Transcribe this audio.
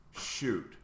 shoot